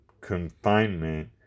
confinement